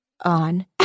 on